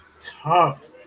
tough